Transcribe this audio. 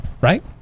Right